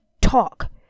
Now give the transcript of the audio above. talk